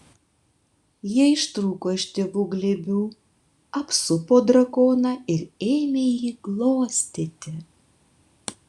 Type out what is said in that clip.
jie ištrūko iš tėvų glėbių apsupo drakoną ir ėmė jį glostyti